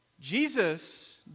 Jesus